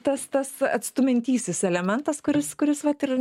tas tas atstumiantysis elementas kuris kuris vat ir